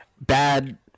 Bad